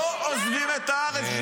לא עוזבים את הארץ בשביל כסף.